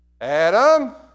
Adam